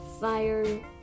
fire